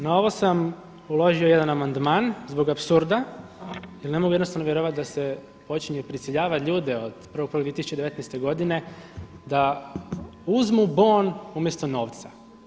Na ovo sam uložio jedan amandman zbog apsurda jer ne mogu jednostavno vjerovati da se počinje prisiljavati ljude od 1.1.2019. godine da uzmu bon umjesto novca.